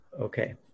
Okay